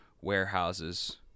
warehouses